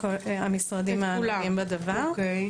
מברכת את קורס קציני אח"מ